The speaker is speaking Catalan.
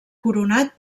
coronat